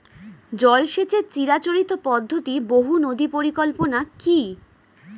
জল সেচের চিরাচরিত পদ্ধতি বহু নদী পরিকল্পনা কি?